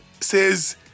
says